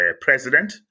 president